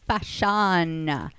fashion